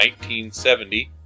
1970